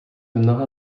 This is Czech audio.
mnoha